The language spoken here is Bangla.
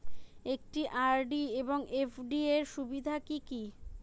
একটি আর.ডি এবং এফ.ডি এর সুবিধা কি কি?